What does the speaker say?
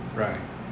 right